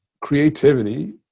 Creativity